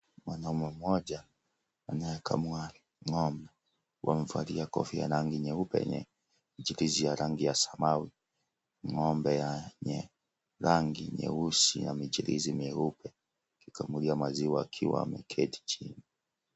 Mwanaume mmoja anayekamua ng'ombe akiwa amevalia kofia ya rangi nyeupe yenye michirizi ya rangi ya samawi ng'ombe yenye rangi nyeusi ya michirizi meupe akikamuliwa maziwa akiwa ameketi chini.